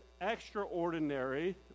extraordinary